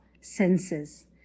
senses